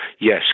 Yes